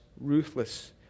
ruthless